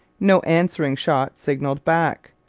no answering shot signalled back.